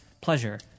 pleasure